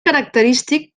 característic